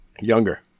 Younger